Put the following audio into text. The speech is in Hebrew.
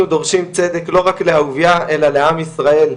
אנחנו דורשים צדק, לא רק לאהוביה אלא לעם ישראל,